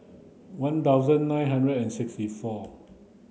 one thousand nine hundred and sixty four